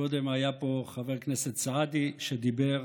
קודם היה פה חבר הכנסת סעדי ודיבר